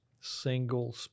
single